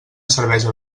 cervesa